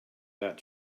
that